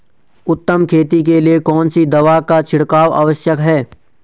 उत्तम खेती के लिए कौन सी दवा का छिड़काव आवश्यक है?